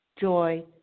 joy